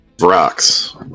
Rocks